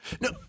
No